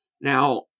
Now